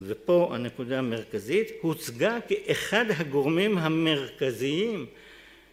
ופה הנקודה המרכזית הוצגה כאחד הגורמים המרכזיים